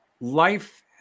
life